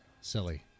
silly